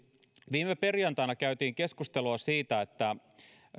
viime perjantaina käytiin keskustelua siitä että